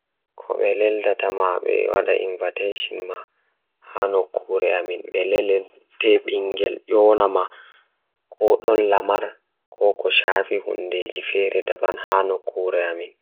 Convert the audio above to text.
Ko laawol ngal ngoodi, ko ndiyam tokkude internet. Internet waɗi ko laamɗe fowru sabu hokkude jengɗe e njangol ngal, nguurndam ngal sabu ɓe waawi jokkondirde laamɗe e rewɓe ngal. Internet waawi heɓɓude fiyaangu ngal e wuro, kadi waawde jokkondirde hoore rewɓe ngal.